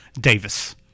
Davis